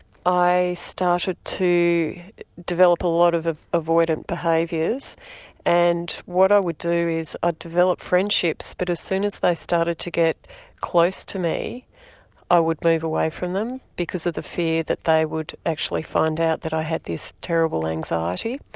i started to develop a lot of of avoidant behaviours and what i would do is i'd ah develop friendships but as soon as they started to get close to me i would move away from them because of the fear that they would actually find out that i had this terrible anxiety.